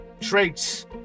traits